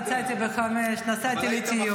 יצאתי ב-17:00, יצאתי לטיול.